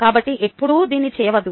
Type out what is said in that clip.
కాబట్టి ఎప్పుడూ దీన్ని చేయవద్దు